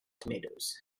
tomatoes